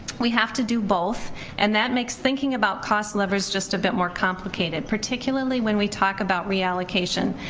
we have to do both and that makes thinking about cost levers just a bit more complicated, particularly when we talk about reallocation.